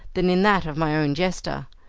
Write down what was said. than in that of my own jester.